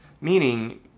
Meaning